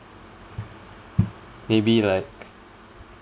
maybe like